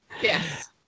Yes